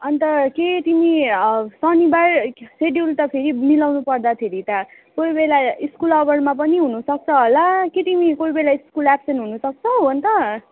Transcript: अन्त के तिमी शनिबार सेड्युल त फेरि मिलाउनु पर्दाखेरि त अन्त कोहीबेला स्कुल आवरमा पनि हुनुसक्छ होला के तिमी कोहीबेला तिमी स्कुल एब्सेन्ट हुनु सक्छौ अन्त